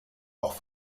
auch